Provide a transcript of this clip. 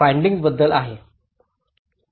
हे फाइण्डिंग्सबद्दल आहे